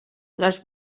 les